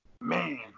Man